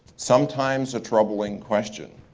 sometimes a troubling question.